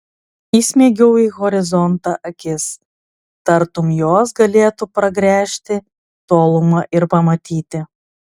įsmeigiau į horizontą akis tartum jos galėtų pragręžti tolumą ir pamatyti